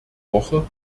woche